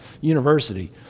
University